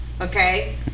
Okay